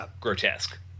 grotesque